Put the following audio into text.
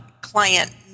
client